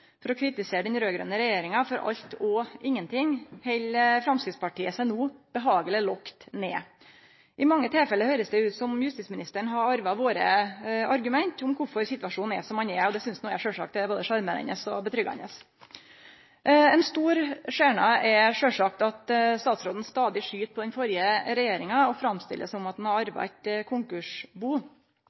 den raud-grøne regjeringa for alt og ingenting, held Framstegspartiet seg no behageleg lågt nede. I mange tilfelle høyrest det ut som om justisministeren har arva våre argument om kvifor situasjonen er som han er – og det synest jo eg sjølvsagt både er sjarmerande og gir tryggleik. Statsråden skyt stadig på den førre regjeringa og framstiller det som at han har arva eit konkursbu,